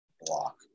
Block